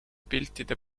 piltide